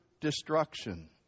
destruction